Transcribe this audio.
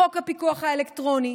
מחוק הפיקוח האלקטרוני,